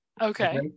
Okay